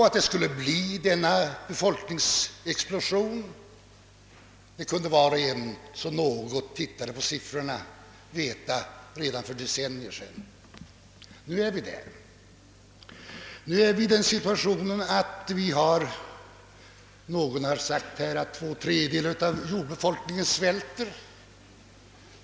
Att befolkningsexplosionen skulle komma, kunde var och en som något såg på siffrorna veta redan för decennier sedan. Nu är vi där. Det har sagts att två tredjedelar av jordens befolkning svälter.